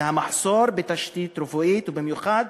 והמחסור בתשתית רפואית, ובמיוחד